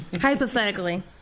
Hypothetically